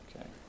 Okay